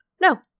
No